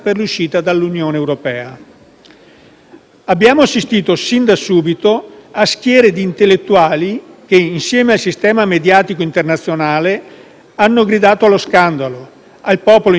Abbiamo assistito sin da subito a schiere di intellettuali che, insieme al sistema mediatico internazionale, hanno gridato allo scandalo, al popolo ignorante e privo dei mezzi necessari